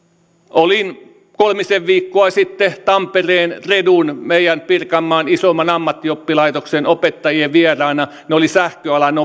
olin kolmisen viikkoa sitten tampereen tredun meidän pirkanmaan isoimman ammattioppilaitoksen opettajien vieraana he olivat sähköalan